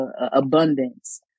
abundance